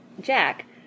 Jack